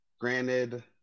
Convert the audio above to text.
Granted